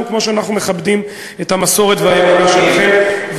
כמו שאנחנו מכבדים את המסורת והאמונה שלכם,